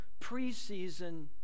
preseason